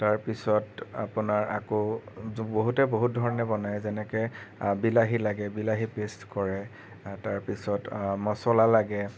তাৰপিছত আপোনাৰ আকৌ বহুতে বহুত ধৰণে বনাই যেনেকৈ বিলাহী লাগে বিলাহী পেষ্ট কৰে তাৰপিছত মছলা লাগে